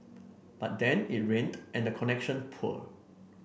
but then it rained and the connection poor